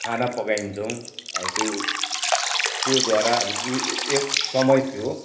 खाना पकाइन्छौँ अब त्यो त्योद्वारा एक समय थियो